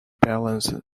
balanced